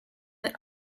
that